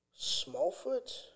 Smallfoot